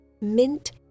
Mint